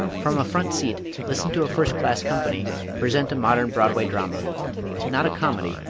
from a front seat listen to a first-class company present a modern broadway drama not a comedy,